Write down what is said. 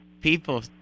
people